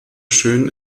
schön